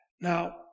Now